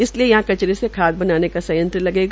इसलिए यहां कचरे से खाद बनाने का संयंत्र लगेगा